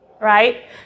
right